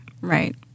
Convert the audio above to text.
Right